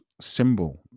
symbol